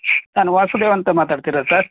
ನಾನು ವಾಸುದೇವ್ ಅಂತ ಮಾತಾಡ್ತಿರೋದು ಸರ್